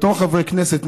בתור חברי כנסת,